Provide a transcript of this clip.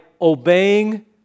obeying